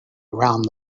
around